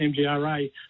mgra